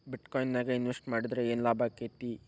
ಬಿಟ್ ಕೊಇನ್ ನ್ಯಾಗ್ ಇನ್ವೆಸ್ಟ್ ಮಾಡಿದ್ರ ಯೆನ್ ಲಾಭಾಕ್ಕೆತಿ?